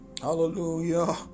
Hallelujah